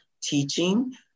teaching